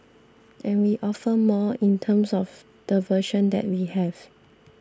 and we offer more in terms of the version that we have